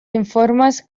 informes